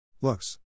Looks